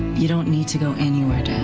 you don't need to go in you had.